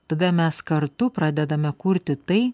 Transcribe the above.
tada mes kartu pradedame kurti tai